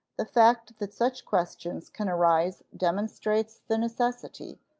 the fact that such questions can arise demonstrates the necessity,